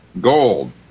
gold